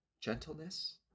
gentleness